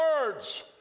words